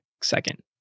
second